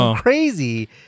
crazy